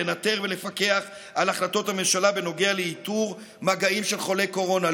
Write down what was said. לנטר ולפקח על החלטות הממשלה בנוגע לאיתור מגעים של חולי קורונה,